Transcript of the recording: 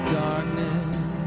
darkness